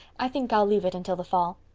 i think i'll leave it until the fall.